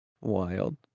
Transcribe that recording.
wild